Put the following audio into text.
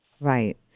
Right